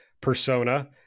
persona